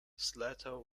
slater